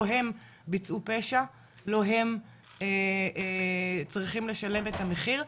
לא הם ביצעו פשע, לא הם צריכים לשלם את המחיר.